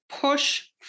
push